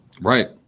Right